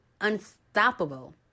unstoppable